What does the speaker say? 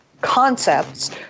concepts